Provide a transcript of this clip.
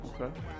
Okay